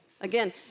Again